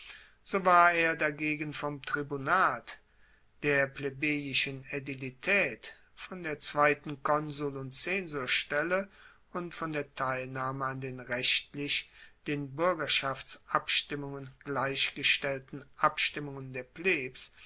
so war er dagegen vom tribunat der plebejischen aedilitaet von der zweiten konsul und zensorstelle und von der teilnahme an den rechtlich den buergerschaftsabstimmungen gleichstehenden abstimmungen der plebs